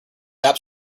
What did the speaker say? app